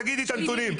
תגידי את הנתונים.